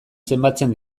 zenbatzen